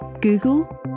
Google